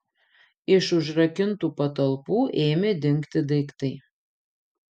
iš užrakintų patalpų ėmė dingti daiktai